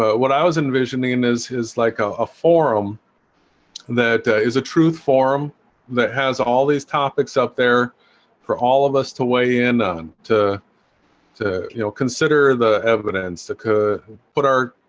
what i was envisioning and is is like a ah forum that is a truth forum that has all these topics up there for all of us to weigh in on to to you know consider the evidence that could put our